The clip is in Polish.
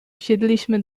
wsiedliśmy